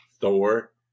Thor